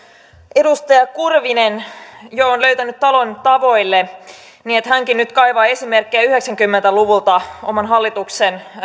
edustaja kurvinen on jo löytänyt talon tavoille niin että hänkin nyt kaivaa esimerkkejä yhdeksänkymmentä luvulta oman hallituksen